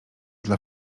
dla